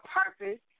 purpose